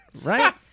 Right